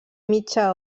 mitja